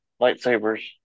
lightsabers